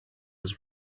was